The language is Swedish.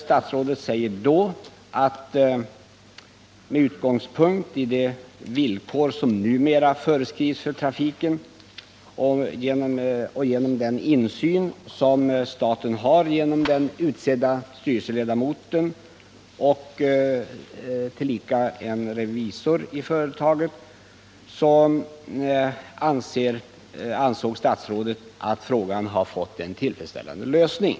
Statsrådet säger där, att med utgångspunkt i de villkor som numera föreskrivs för trafiken och den insyn som staten har genom styrelseledamot och revisor i företaget, har frågan fått en tillfredsställande lösning.